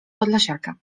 podlasiaka